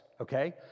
okay